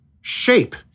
shape